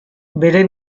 bere